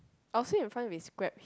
I will sit in front if Grab